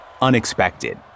unexpected